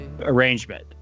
arrangement